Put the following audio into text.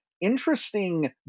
interesting